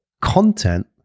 content